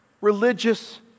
religious